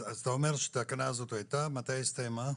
אז אתה אומר שהתקנה הזאת הייתה, מתי היא הסתיימה?